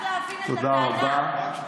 רק להבין את הטענה, אדוני.